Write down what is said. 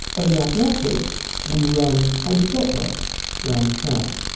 and in athletics we run anticlockwise around the track.